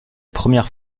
première